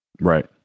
right